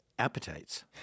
Appetites